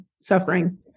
suffering